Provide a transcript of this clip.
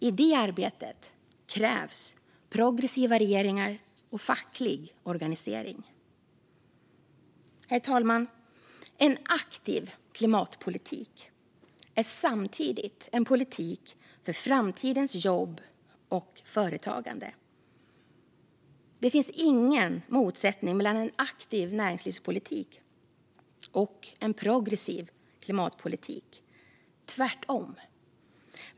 I det arbetet krävs progressiva regeringar och facklig organisering. Herr talman! En aktiv klimatpolitik är samtidigt en politik för framtidens jobb och företagande. Det finns ingen motsättning mellan en aktiv näringslivspolitik och en progressiv klimatpolitik - tvärtom.